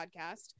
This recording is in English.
Podcast